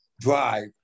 drive